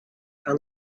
aan